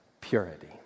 purity